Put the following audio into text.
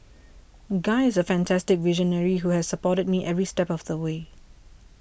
guy is a fantastic visionary who has supported me every step of the way